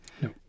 No